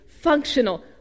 functional